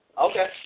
okay